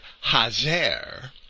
hazer